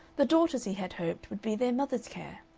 the daughters, he had hoped, would be their mother's care.